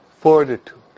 fortitude